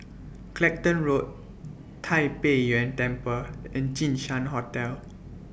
Clacton Road Tai Pei Yuen Temple and Jinshan Hotel